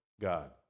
God